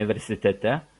universitete